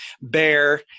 bear